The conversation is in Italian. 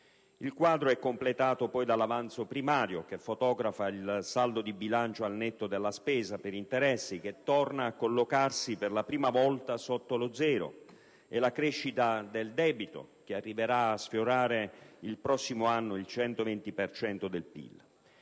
Il quadro è completato dall'avanzo primario, che fotografa il saldo di bilancio al netto della spesa per interessi e che torna a collocarsi per la prima volta sotto lo zero, e dalla crescita del debito, che arriverà a sfiorare il prossimo anno il 120 per